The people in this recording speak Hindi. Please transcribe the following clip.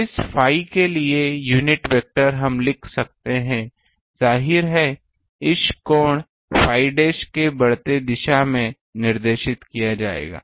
इस phi के लिए यूनिट वेक्टर हम लिख सकते हैं जाहिर है इसे कोण phi डैश के बढ़ते दिशा में निर्देशित किया जाएगा